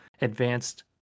Advanced